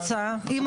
בדקתי.